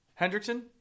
Hendrickson